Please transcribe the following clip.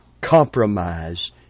Compromise